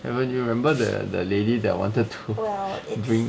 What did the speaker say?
eh wait do you remember the lady that wanted to bring